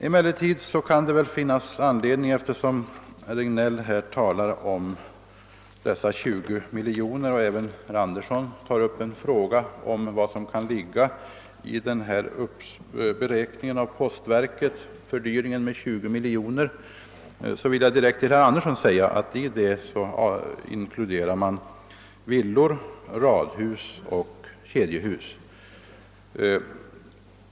Eftersom herr Regnéll talar om 20 miljoner kronor, och då även herr Andersson i Örebro tog upp frågan vad som kan ligga i postverkets beräkning av fördyringen med 20 miljoner kronor, vill jag direkt till herr Andersson säga att i detta belopp inkluderar man brevbäringen till villor, radhus och kedjehus.